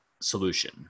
solution